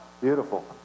Beautiful